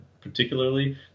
particularly